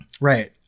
right